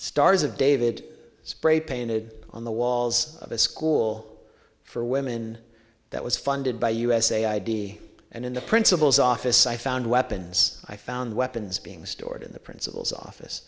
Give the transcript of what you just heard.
stars of david spray painted on the walls of a school for women that was funded by usa id and in the principal's office i found weapons i found weapons being stored in the principal's office